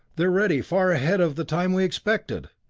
they're ready far ahead of the time we expected!